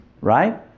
Right